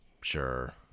Sure